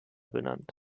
benannt